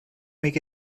make